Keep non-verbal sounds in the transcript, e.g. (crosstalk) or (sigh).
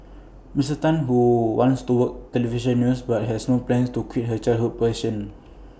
miss Tan who wants to work Television news but has no plans to quit her childhood passion (noise)